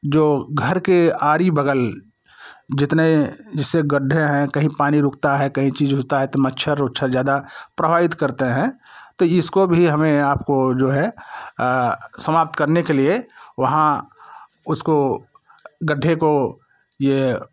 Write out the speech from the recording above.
जो घर के आरी बगल जितने जिससे गड्ढे हैं कहीं पानी रुकता है कहीं चीज होता है तो मच्छर उच्छ्ड़ ज्यादा प्रभावित करते हैं तो इसको भी हमें आपको जो है समाप्त करने के लिए वहाँ उसको गड्ढे को ये